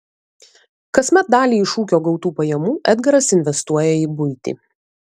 kasmet dalį iš ūkio gautų pajamų edgaras investuoja į buitį